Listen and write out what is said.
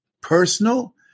personal